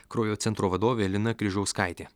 kraujo centro vadovė lina kryžauskaitė